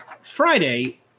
Friday